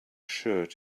shirt